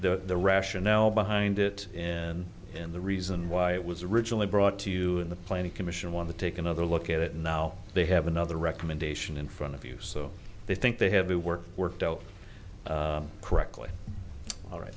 the the rationale behind it and and the reason why it was originally brought to you in the planning commission want to take another look at it now they have another recommendation in front of you so they think they have their work worked out correctly all right